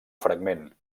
fragment